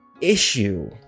issue